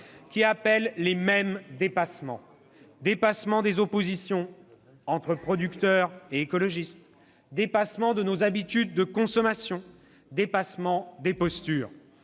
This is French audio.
qui appelle les mêmes dépassements : dépassement des oppositions entre producteurs et écologistes, dépassement de nos habitudes de consommation, dépassement des postures.